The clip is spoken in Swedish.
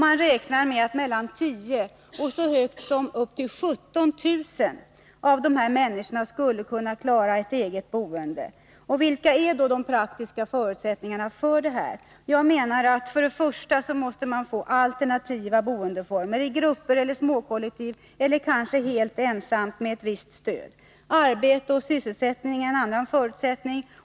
Man räknar med att mellan 10 000 och så mycket som upp till 17 000 av dessa människor skulle kunna klara ett eget boende. Vilka är då de praktiska förutsättningarna för detta? För det första måste man få alternativa boendeformer, där dessa människor kan bo i grupper eller småkollektiv eller kanske helt ensamma, med visst stöd. För det andra fordras arbete eller annan sysselsättning.